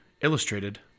illustrated